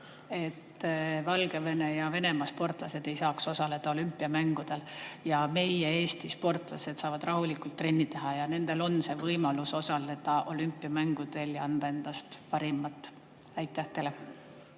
et Valgevene ja Venemaa sportlased ei saaks osaleda olümpiamängudel ja meie Eesti sportlased saaks rahulikult trenni teha ja nendel oleks see võimalus osaleda olümpiamängudel ja anda endast parim. Aitäh teile!